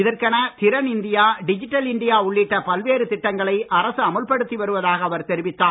இதற்கென திறன் India digital India உள்ளிட்ட பல்வேறு திட்டங்களை அரசு அமல்படுத்தி வருவதாக அவர் தெரிவித்தார்